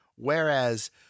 Whereas